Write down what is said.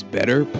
Better